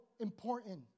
important